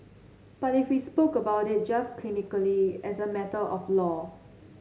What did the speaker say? but if we spoke about it just clinically as a matter of law